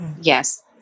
yes